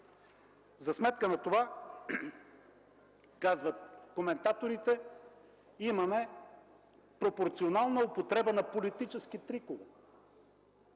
За сметка на това, казват коментаторите, имаме пропорционална употреба на политически трикове.